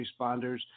responders